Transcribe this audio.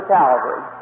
Calvary